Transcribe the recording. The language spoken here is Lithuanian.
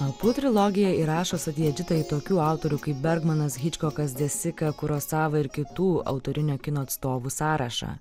apu trilogija įrašo satjadžitą į tokių autorių kaip bergmanas hičkokas desika kurosava ir kitų autorinio kino atstovų sąrašą